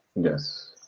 Yes